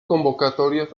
convocatorias